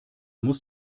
muss